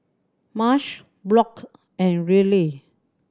Marsh Brock and Riley